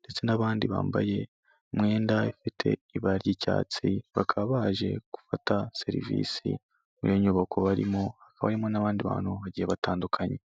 ndetse n'abandi bambaye imyenda ifite ibara ry'icyatsi, bakaba baje gufata serivisi muri iyo nyubako barimo hakaba harimo n'abandi bantu bagiye batandukanye.